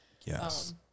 Yes